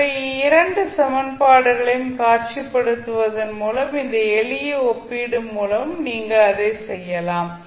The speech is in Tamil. எனவே இரு சமன்பாடுகளையும் காட்சிப்படுத்துவதன் மூலமும் இந்த எளிய ஒப்பீடு மூலமும் நீங்கள் அதைச் சொல்லலாம்